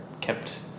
kept